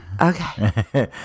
Okay